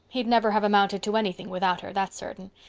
he'd never have amounted to anything without her, that's certain.